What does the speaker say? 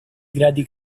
gradi